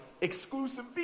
exclusive